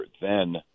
then-